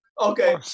Okay